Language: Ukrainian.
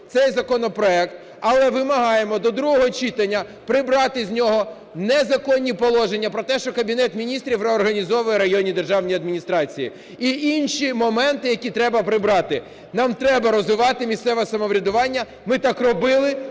цей законопроект. Але вимагаємо до другого читання прибрати з нього незаконні положення про те, що Кабінет Міністрів реорганізовує районні державні адміністрації, і інші моменти, які треба прибрати. Нам треба розвивати місцеве самоврядування, ми так робили,